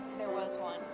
there was one.